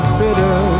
bitter